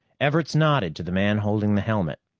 everts nodded to the man holding the helmet.